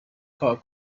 کار